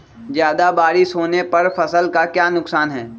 ज्यादा बारिस होने पर फसल का क्या नुकसान है?